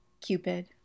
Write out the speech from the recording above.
Cupid